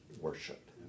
worship